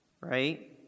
right